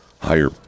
higher